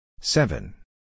seven